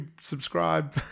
subscribe